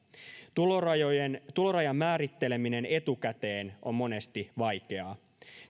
tulorajan määritteleminen etukäteen on monesti vaikeaa